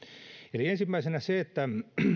eli ensimmäisenä se että